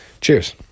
Cheers